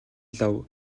лав